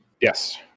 Yes